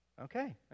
Okay